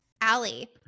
Allie